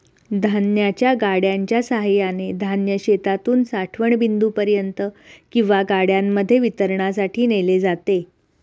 धान्याच्या गाड्यांच्या सहाय्याने धान्य शेतातून साठवण बिंदूपर्यंत किंवा गाड्यांमध्ये वितरणासाठी नेले जाते